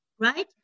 right